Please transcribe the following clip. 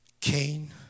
Cain